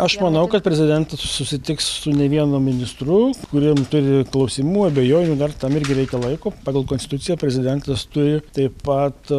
aš manau kad prezidentas susitiks su ne vienu ministru kuriem turi klausimų abejonių dar tam irgi reikia laiko pagal konstituciją prezidentas turi taip pat